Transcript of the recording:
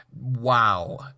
Wow